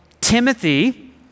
Timothy